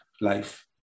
life